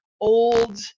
old